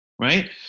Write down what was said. Right